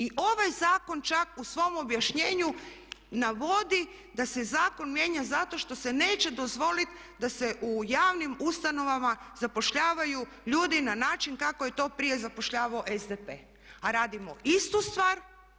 I ovaj zakon čak u svom objašnjenju navodi da se zakon mijenja zato što se neće dozvolit da se u javnim ustanovama zapošljavaju ljudi na način kako je to prije zapošljavao SDP, a radimo istu stvar.